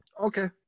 Okay